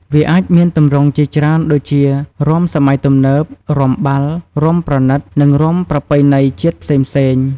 វាអាចមានទម្រង់ជាច្រើន ដូចជា រាំសម័យទំនើប រាំបាល់ រាំប្រណិត និងរាំប្រពៃណីជាតិផ្សេងៗ។